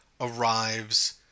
arrives